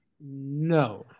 No